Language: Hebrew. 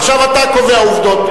עכשיו אתה קובע עובדות.